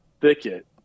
thicket